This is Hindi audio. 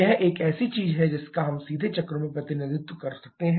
यह एक ऐसी चीज है जिसका हम सीधे चक्रों में प्रतिनिधित्व कर सकते हैं